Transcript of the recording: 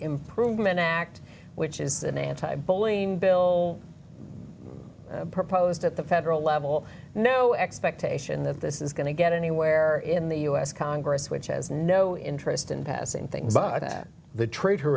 improvement act which is an anti bulleen bill proposed at the federal level no expectation that this is going to get anywhere in the u s congress which has no interest in passing things but at the tra